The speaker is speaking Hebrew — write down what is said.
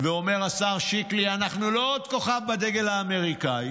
ואומר השר שיקלי: אנחנו לא עוד כוכב בדגל האמריקאי,